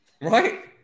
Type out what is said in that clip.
Right